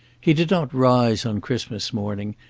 he did not rise on christmas morning,